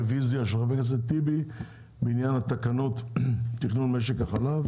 רוויזיה של חבר הכנסת אחמד טיבי לעניין תקנות תכנון משק החלב